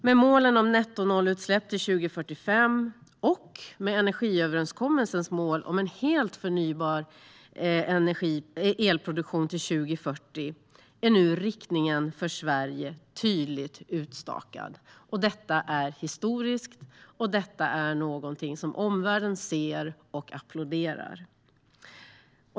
Med målen om netto-noll-utsläpp till 2045 och med energiöverenskommelsens mål om en helt förnybar elproduktion till 2040 är nu riktningen för Sverige tydligt utstakad. Detta är historiskt och någonting som omvärlden ser och applåderar.